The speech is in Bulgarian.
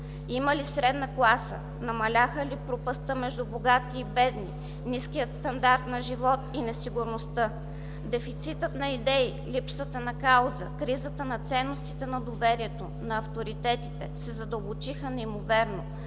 Има ли средна класа? Намаля ли пропастта между бедни и богати? Ниският стандарт на живот и несигурността, дефицитът на идеи, липсата на кауза, кризата на ценностите на доверието, на авторитетите се задълбочиха неимоверно.